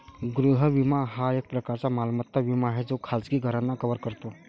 गृह विमा हा एक प्रकारचा मालमत्ता विमा आहे जो खाजगी घरांना कव्हर करतो